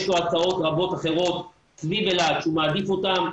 יש לו הצעות רבות אחרות סביב אלעד שהוא מעדיף אותן.